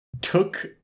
took